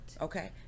Okay